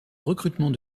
recrutement